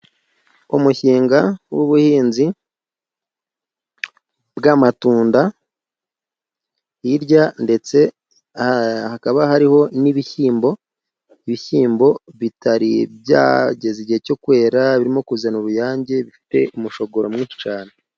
umushinga w'ubuhinzi bw'amatunda, hirya ndetse hakaba hariho n'ibishyimbo. Ibishyimbo bitari byageza igihe cyo kwera birimo kuzana uruyange, bifite umushogoro mwinshi cyane.